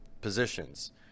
positions